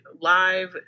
live